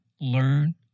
learn